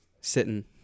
sitting